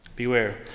Beware